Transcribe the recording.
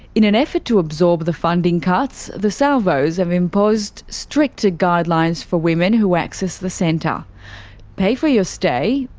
in an effort to absorb the funding cuts, the salvos have imposed stricter guidelines for women who access the centre pay for your stay,